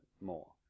more